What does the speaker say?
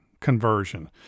conversion